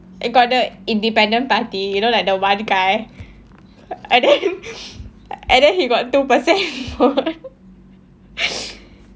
got a independent party you know like the one guy and then and then he got two person